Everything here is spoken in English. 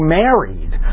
married